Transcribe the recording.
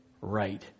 right